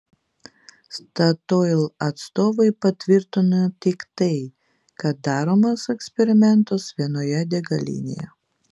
statoil atstovai patvirtino tik tai kad daromas eksperimentas vienoje degalinėje